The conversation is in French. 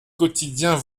quotidiens